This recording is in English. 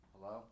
Hello